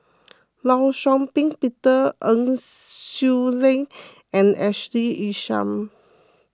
Law Shau Ping Peter En Swee Leng and Ashley Isham